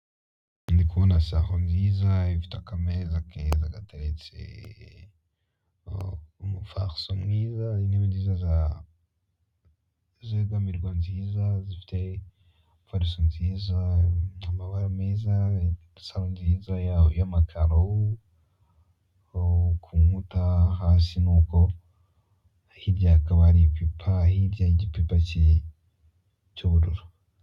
Ndikubina salo nziza ifite akameza keza gateretse. Umufariso mwiza, intebe nziza zaa, zegamirwa nziza zifite imifariso myiza, amabara meza. Salo nziya y'amakaro kunkuta, hasi ni uko. Hirya hakaba hari ipipa cyiza, hirya y'igipipa cy'ubururu.